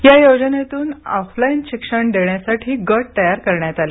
या योजनेतून ऑफलाईन शिक्षण देण्यासाठी गट तयार करण्यात आले